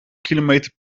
kilometer